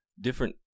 different